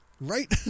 Right